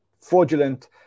fraudulent